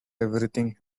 everything